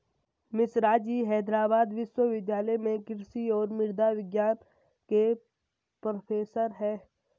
मिश्राजी हैदराबाद विश्वविद्यालय में कृषि और मृदा विज्ञान के प्रोफेसर हैं